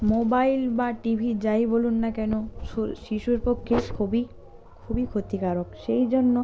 mobile বা TV যাই বলুন না কেন শিশুর পক্ষে খুবই ক্ষতিকারক সেই জন্য